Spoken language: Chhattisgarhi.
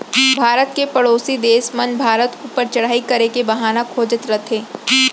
भारत के परोसी देस मन भारत ऊपर चढ़ाई करे के बहाना खोजत रथें